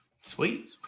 Sweet